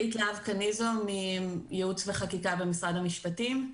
ייעוץ וחקיקה, משרד המשפטים.